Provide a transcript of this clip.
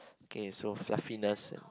okay so fluffiness